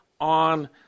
on